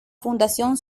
fundación